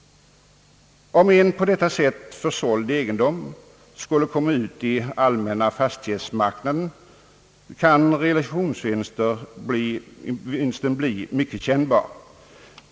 Om en på detta sätt försåld egendom skulle komma ut i den allmänna fastighetsmarknaden kan realisationsvinsten bli mycket kännbar.